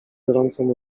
gorącym